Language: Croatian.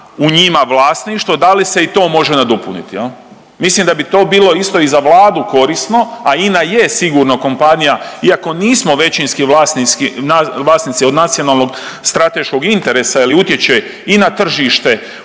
u njima vlasništvo da li se i to može nadopuniti jel. Mislim da bi to bilo isto i za Vladu korisno, a INA je sigurno kompanija iako nismo većinski vlasnici od nacionalnog strateškog interesa, je li utječe i na tržište,